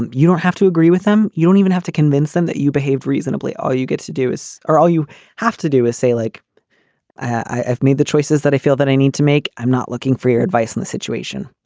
and you don't have to agree with them. you don't even have to convince them that you behaved reasonably. all you get to do is are all you have to do is say like i've made the choices that i feel that i need to make. i'm not looking for your advice on the situation.